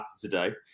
today